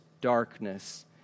darkness